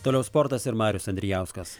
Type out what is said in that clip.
toliau sportas ir marius andrijauskas